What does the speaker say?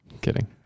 kidding